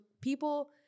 people